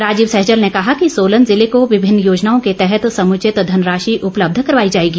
राजीव सहजल ने कहा कि सोलन जिले को विभिन्न योजनाओं के तहत समुचित धनराशि उपलब्ध करवाई जाएगी